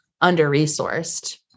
under-resourced